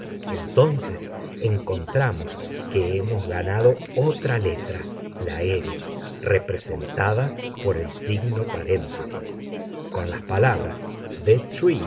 entonces encontramos que hemos ganado otra letra la r representada por el signo con las palabras the tree el árbol a continuación mirando a poca distancia de